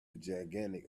gigantic